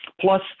Plus